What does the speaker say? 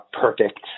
perfect